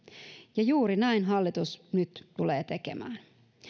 ja juuri näin hallitus nyt tulee tekemään